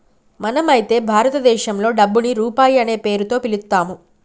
మనం అయితే భారతదేశంలో డబ్బుని రూపాయి అనే పేరుతో పిలుత్తాము